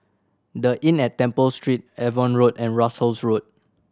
The Inn at Temple Street Avon Road and Russels Road